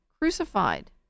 crucified